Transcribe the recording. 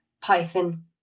python